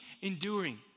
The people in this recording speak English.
enduring